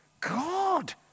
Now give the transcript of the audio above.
God